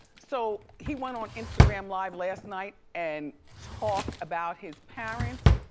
so he went on instagram live last night and talked about his parents.